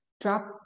drop